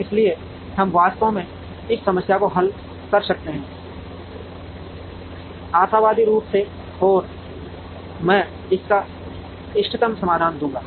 इसलिए हम वास्तव में इस समस्या को हल कर सकते हैं आशावादी रूप से और मैं इसका इष्टतम समाधान दूंगा